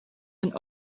een